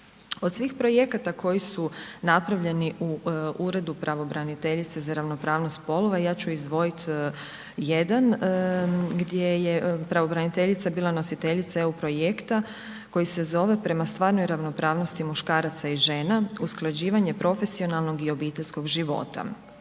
Od svih projekata koji su napravljeni u Uredu pravobraniteljice za ravnopravnost spolova, ja ću izdvojit jedan gdje je pravobraniteljica bila nositeljica EU projekta koji se zove „Prema stvarnoj ravnopravnosti muškaraca i žena – usklađivanje profesionalnog i obiteljskog života“.